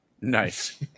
nice